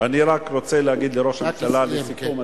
אני רק רוצה להגיד לראש הממשלה לסיכום,